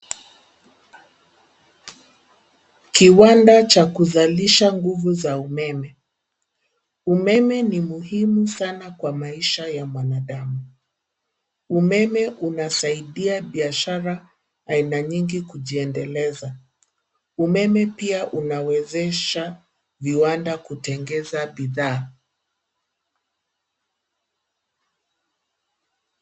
Kiwanda cha kuzalisha nguvu za umeme. Umeme ni muhimu sana kwa maisha ya mwanadamu. Umeme unasaidia biashara aina nyingi kujiendeleza. Umeme pia unawezesha viwanda kutengeza bidhaa.